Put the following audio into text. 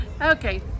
Okay